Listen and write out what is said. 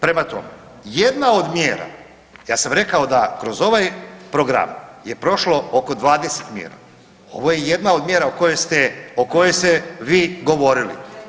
Prema tome, jedna od mjera, ja sam rekao da kroz ovaj program je prošlo oko 20 mjera, ovo je jedna od mjera o kojoj ste vi govorili.